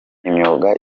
imyuga